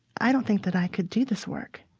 i don't think that i could do this work